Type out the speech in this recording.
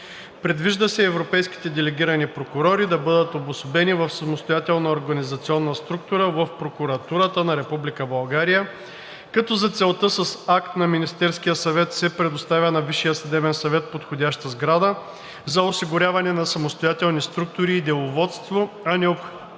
Предвижда се европейските делегирани прокурори да бъдат обособени в самостоятелна организационна структура в Прокуратурата на Република България, като за целта с акт на Министерския съвет се предоставя на Висшия съдебен съвет подходяща сграда за осигуряване на самостоятелни структури и деловодство, а необходимите